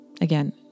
Again